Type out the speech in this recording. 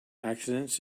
accidents